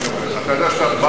אתה יודע שאתה,